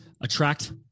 Attract